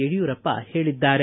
ಯಡಿಯೂರಪ್ಪ ಹೇಳಿದ್ದಾರೆ